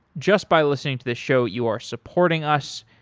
just by listening to the show, you are supporting us.